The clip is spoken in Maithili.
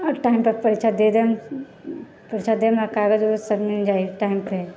आओर टाइमपर परीक्षा दे देम परीक्षा दैमे कागज उगज सब मिलि जाइ हय टाइमपर